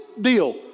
deal